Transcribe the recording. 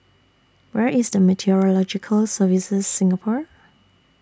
Where IS The Meteorological Services Singapore